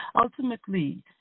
Ultimately